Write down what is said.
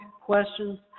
questions